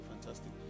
fantastic